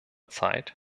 zeit